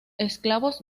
esclavos